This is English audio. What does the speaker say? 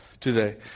today